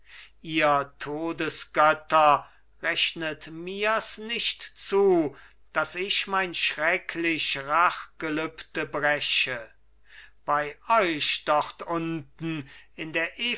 ihr todesgötter rechnet mirs nicht zu daß ich mein schrecklich rachgelübde breche bei euch dort unten in der